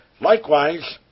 Likewise